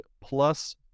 plus